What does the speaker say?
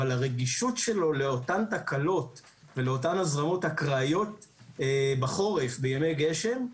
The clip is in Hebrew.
אבל הרגישות שלו לאותן תקלות ולאותן הזרמות אקראיות בחורף בימי גשם,